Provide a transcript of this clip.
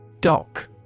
Doc